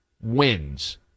wins